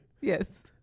Yes